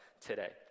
today